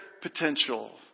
potential